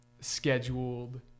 scheduled